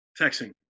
Texting